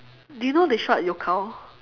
do you know they shot at